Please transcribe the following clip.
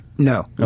No